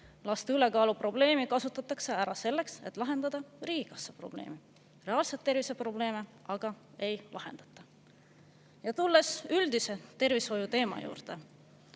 Laste ülekaalu probleemi kasutatakse ära selleks, et lahendada riigikassa probleem, reaalseid terviseprobleeme aga ei lahendata. Tulen üldise tervishoiuteema juurde.